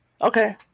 Okay